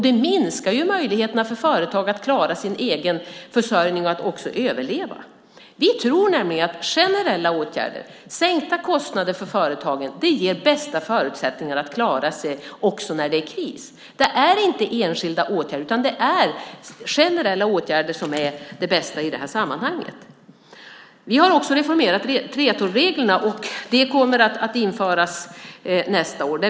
Det minskar möjligheterna för företag att klara sin egen försörjning och att överleva. Vi tror nämligen att generella åtgärder och sänkta kostnader för företagen ger den bästa förutsättningen att klara sig också när det är kris. Det är inte enskilda åtgärder utan generella åtgärder som är det bästa i det här sammanhanget. Vi har också reformerat 3:12-reglerna, och det kommer att införas nästa år.